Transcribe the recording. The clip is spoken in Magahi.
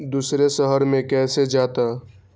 दूसरे शहर मे कैसे जाता?